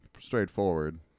straightforward